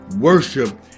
Worship